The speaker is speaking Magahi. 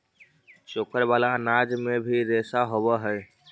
चोकर वाला अनाज में भी रेशा होवऽ हई